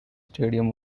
stadium